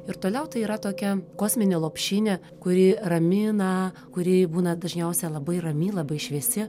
ir toliau tai yra tokia kosminė lopšinė kuri ramina kūri būna dažniausia labai rami labai šviesi